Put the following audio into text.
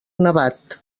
nevat